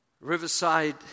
Riverside